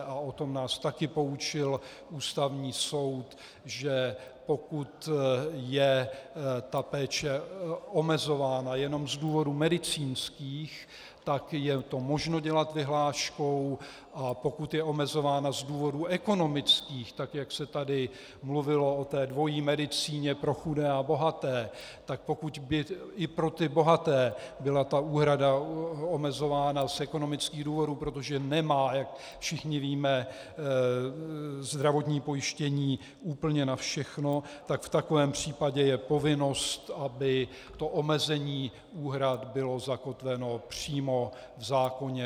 A o tom nás také poučil Ústavní soud, že pokud je ta péče omezována jenom z důvodu medicínských, tak je to možno dělat vyhláškou, a pokud je omezována z důvodů ekonomických, tak, jak se tady mluvilo o té dvojí medicíně, pro chudé a bohaté, tak pokud by i pro ty bohaté byla úhrada omezována z ekonomických důvodů, protože nemá, jak všichni víme, zdravotní pojištění úplně na všechno, tak v takovém případě je povinnost, aby omezení úhrad bylo zakotveno přímo v zákoně.